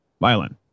Violin